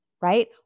right